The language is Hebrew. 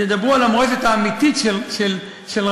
ידברו על המורשת האמיתית של רבין.